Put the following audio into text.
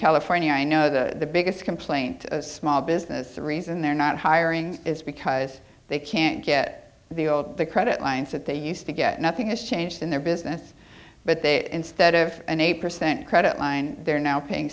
california i know the biggest complaint small business the reason they're not hiring is because they can't get the old credit lines that they used to get nothing has changed in their business but they instead of an eight percent credit line they're now paying